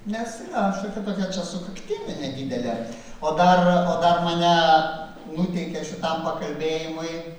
nes yra šiokia tokia čia sukaktėlė nedidelė o dar o dar mane nuteikia šitam pakalbėjimui